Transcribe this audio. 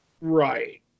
Right